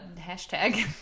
hashtag